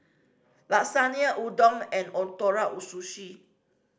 Lasagne Udon and Ootoro Sushi